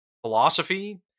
philosophy